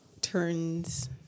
turns